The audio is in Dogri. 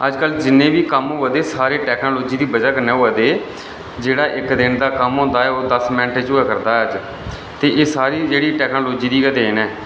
अज्ज कल्ल जिन्ने बी कम्म होआ दे सारे टेक्नोलोजी दी बजह कन्नै होआ दे जेह्ड़ा इक दिन दा कम्म होंदा ऐ ओह् दस्स मैंट च होआ करदा ऐ अज्ज ते एह् सारी जेह्ड़ी टेकनोलोजी दी गै देन ऐ